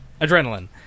Adrenaline